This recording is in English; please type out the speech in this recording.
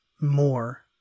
more